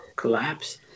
Collapse